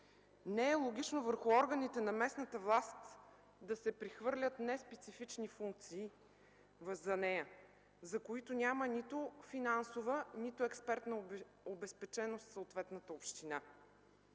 Не е логично върху органите на местната власт да се прехвърлят неспецифични функции за нея, за които няма нито финансова, нито експертна обезпеченост в съответната община.